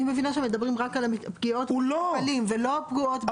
אני מבינה שמדברים רק על הפגיעות במטופלים ולא הפגיעות במטפלים.